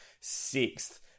sixth